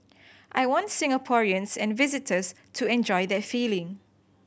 I want Singaporeans and visitors to enjoy that feeling